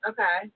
Okay